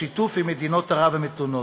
בשיתוף עם מדינות ערב המתונות.